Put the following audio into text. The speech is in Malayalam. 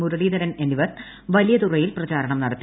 മുരളീധരൻ എന്നിവർ വലിയതുറയിൽ പ്രിച്ചാരണം നടത്തി